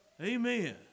Amen